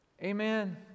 Amen